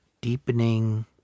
deepening